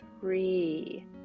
Three